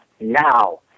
now